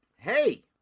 hey